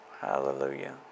Hallelujah